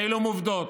אלה עובדות.